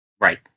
Right